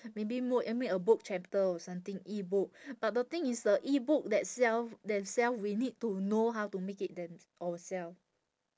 maybe make a book chapter or something E-book but the thing is uh E-book that self that self we need to know how to make it then ourself